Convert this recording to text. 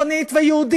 אנחנו,